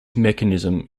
mechanism